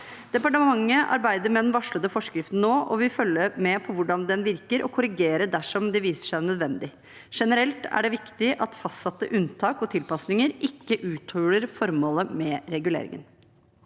Departementet arbeider med den varslede forskriften nå og vil følge med på hvordan den virker, og korrigere dersom det viser seg nødvendig. Generelt er det viktig at fastsatte unntak og tilpasninger ikke uthuler formålet med reguleringen.